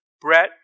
bread